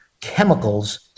chemicals